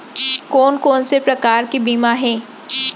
कोन कोन से प्रकार के बीमा हे?